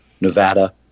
Nevada